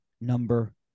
number